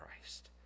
Christ